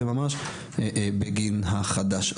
זה ממש בגין החדש.